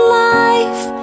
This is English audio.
life